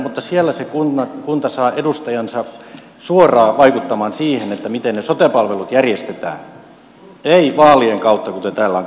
mutta siellä se kunta saa edustajansa suoraan vaikuttamaan siihen miten ne sote palvelut järjestetään ei vaalien kautta kuten täällä on käynyt ilmi